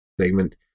segment